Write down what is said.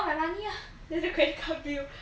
in the end you cannot live till tomorrow